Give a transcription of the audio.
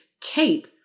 cape